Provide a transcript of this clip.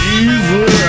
easy